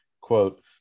quote